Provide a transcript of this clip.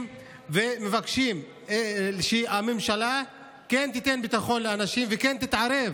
ומבקשים שהממשלה כן תיתן ביטחון לאנשים וכן תתערב